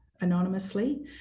anonymously